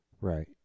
Right